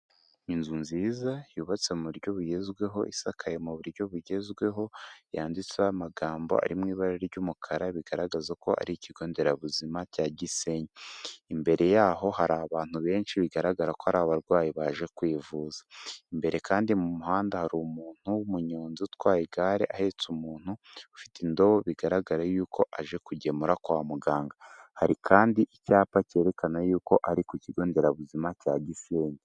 Inzu nziza yubatse mu buryo bugezweho, isakaye mu buryo bugezweho, yanditseho amagambo arimo ibara ry'umukara bigaragaza ko ari ikigonderabuzima cya Gisenyi. Imbere yaho hari abantu benshi bigaragara ko ari abarwayi baje kwivuza. Imbere kandi mu muhanda hari umuntu w'umunyonzi utwaye igare ahetse umuntu ufite indobo bigaragara yuko aje kugemura kwa muganga. Hari kandi icyapa cyerekana yuko ari ku kigo nderabuzima cya Gisenyi.